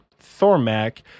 Thormac